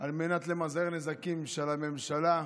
על מנת למזער נזקים של הממשלה.